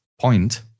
point